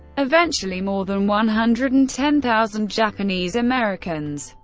eventually, more than one hundred and ten thousand japanese americans,